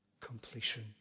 completion